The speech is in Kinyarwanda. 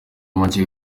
make